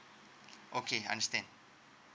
okay understand